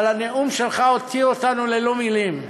אבל הנאום שלך הותיר אותנו ללא מילים.